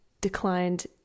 declined